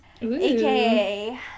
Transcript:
AKA